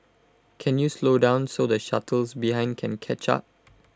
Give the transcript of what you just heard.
can you slow down so the shuttles behind can catch up